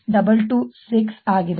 226 ಆಗಿದೆ